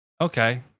Okay